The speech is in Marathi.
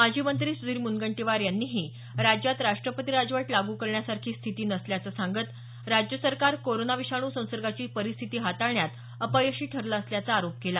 माजी मंत्री सुधीर मुनगंटीवार यांनीही राज्यात राष्ट्रपती राजवट लागू करण्यासारखी स्थिती नसल्याचं सांगत राज्य सरकार कोरोना विषाणू संसर्गाची परिस्थिती हाताळण्यात अपयशी ठरलं असल्याचा आरोप केला